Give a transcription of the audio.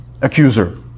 accuser